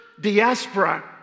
diaspora